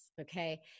Okay